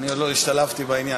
אני עוד לא השתלבתי בעניין.